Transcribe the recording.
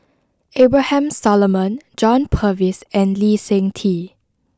Abraham Solomon John Purvis and Lee Seng Tee